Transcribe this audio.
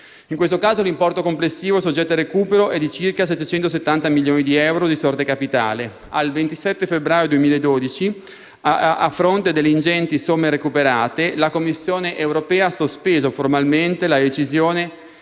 municipalizzate. L'importo complessivo soggetto a recupero è di circa 770 milioni di euro di sorte capitale. In data 27 febbraio 2012, a fronte delle ingenti somme recuperate, la Commissione europea ha sospeso formalmente la decisione